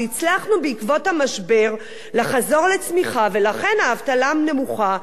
שהצלחנו בעקבות המשבר לחזור לצמיחה ולכן האבטלה נמוכה,